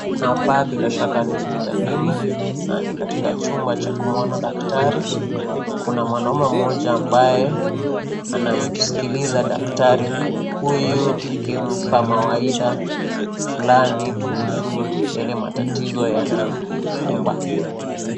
Hapa bila shaka ni hospitalini na ni katika chumba cha kuona daktari. Kuna mwanaume mmoja ambaye anamsikiliza daktari huyu akimpa mawaida fulani kuhusu yale matatizo yanayomkumba.